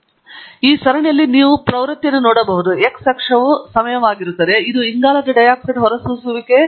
ಮತ್ತು ಈ ಸರಣಿಯಲ್ಲಿ ನೀವು ಪ್ರವೃತ್ತಿಯನ್ನು ನೋಡಬಹುದು x ಅಕ್ಷವು ಸಮಯವಾಗಿರುತ್ತದೆ ಅದು ಇಂಗಾಲದ ಡೈಆಕ್ಸೈಡ್ ಹೊರಸೂಸುವಿಕೆ ಸಂಗ್ರಹಿಸಿದ ವರ್ಷ